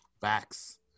Facts